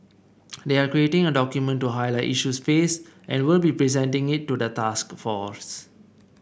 they are creating a document to highlight issues faced and will be presenting it to the task force